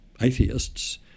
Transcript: atheists